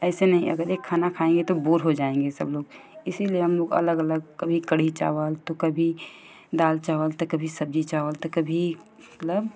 ऐसा नही अगर एक खाना खाएंगे तो बोर हो जाएंगे सब लोग इसलिए हम लोग अलग अलग कभी कढ़ी चावल कभी त कभी दाल चावल त कभी सब्जी चावल त कभी मतलब